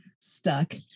stuck